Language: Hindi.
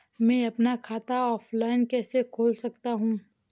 मैं अपना खाता ऑफलाइन कैसे खोल सकता हूँ?